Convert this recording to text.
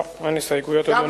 לא, אין הסתייגויות, אדוני.